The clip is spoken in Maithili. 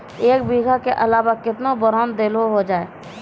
एक बीघा के अलावा केतना बोरान देलो हो जाए?